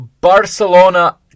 Barcelona